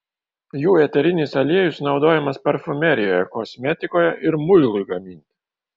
jų eterinis aliejus naudojamas parfumerijoje kosmetikoje ir muilui gaminti